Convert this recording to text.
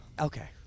okay